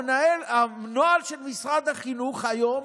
הנוהל של משרד החינוך היום,